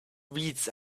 weeds